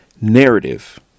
narrative